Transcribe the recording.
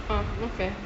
ah okay